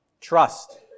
trust